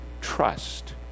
trust